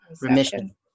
remission